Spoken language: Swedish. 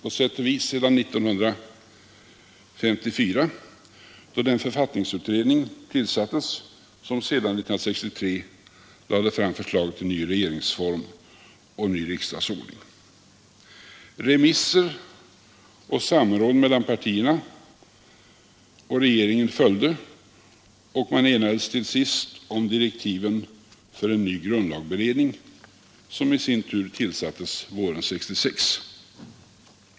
På sätt och vis sedan 1954, då den författningsutredning tillsattes som sedan 1963 lade fram förslaget till ny regeringsform och ny riksdagsordning. Remisser och samråd mellan partierna och regeringen följde, och man enades till sist om direktiven för en ny grundlagberedning, som i sin tur tillsattes våren 1966.